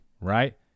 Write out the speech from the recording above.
right